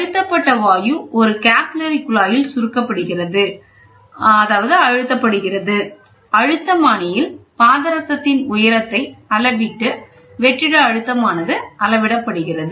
அழுத்தப்பட்ட வாயு ஒரு கேபில்லரி குழாயில் சுருக்கப்படுகிறது அழுத்தமானியில் பாதரசத்தின் உயரத்தை அளவீட்டு வெற்றிட அழுத்தம் ஆனது அளவிடப்படுகிறது